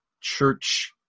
church